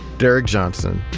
derreck johnson,